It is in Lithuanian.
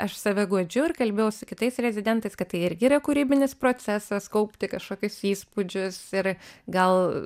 aš save guodžiu ir kalbėjau su kitais rezidentais kad tai irgi yra kūrybinis procesas kaupti kažkokius įspūdžius ir gal